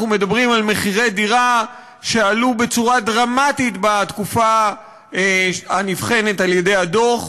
אנחנו מדברים על מחירי דירה שעלו בצורה דרמטית בתקופה הנבחנת בדוח.